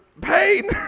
pain